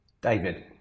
David